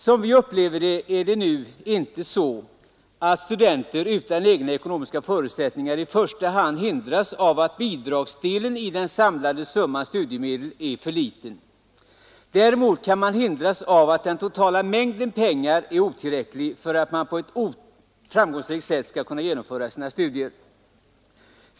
Som vi upplever det är det nu inte så att studenter utan egna ekonomiska förutsättningar i första hand hindras av att bidragsdelen i den totala summan studiemedel är för liten. Däremot kan man hindras av att den totala mängden pengar är otillräcklig för att man på ett framgångsrikt sätt skall kunna genomföra sina studier.